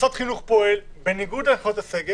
מוסד חינוך פועל בניגוד לסגר,